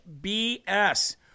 BS